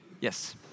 Yes